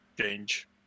change